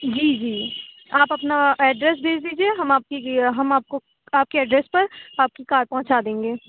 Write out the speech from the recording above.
جی جی آپ اپنا ایڈریس بھیج دیجیے ہم آپ کی ہم آپ کو آپ کے ایڈریس پر آپ کی کار پہنچا دیں گے